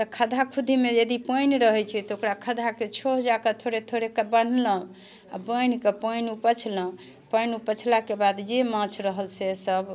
तऽ खद्दा खुद्दीमे यदि पानि रहै छै तऽ ओकरा खद्दाके छोह जाकऽ थोड़े थोड़े कऽ बन्हलौ आओर बान्हिकऽ पानि उपछलहुँ पानि उपछलाके बाद जे माछ रहल से सब